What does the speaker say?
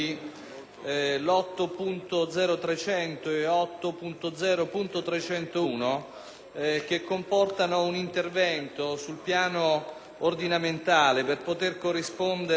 comportano un intervento sul piano ordinamentale per poter corrispondere le retribuzioni mensili al personale delle forze di polizia.